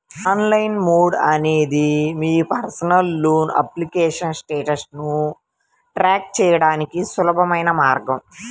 online mode అనేది మీ personal loan application స్టేటస్ను ట్రాక్ చేయడానికి సులభమైన మార్గం